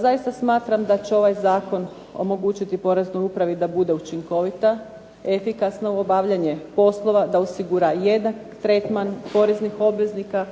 Zaista smatram da će ovaj zakon omogućiti Poreznoj upravi da bude učinkovita, efikasno obavljanje poslova, da osigura jednak tretman poreznih obveznika